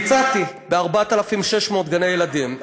ביצעתי ב-4,600 גני ילדים.